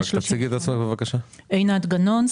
עינת גנון,